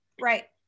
Right